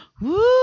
Woo